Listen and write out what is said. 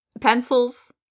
Pencils